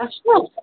अच्छा